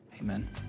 amen